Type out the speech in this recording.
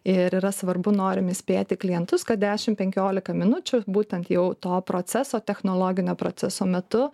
ir yra svarbu norim įspėti klientus kad dešim penkiolika minučių būtent jau to proceso technologinio proceso metu